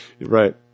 right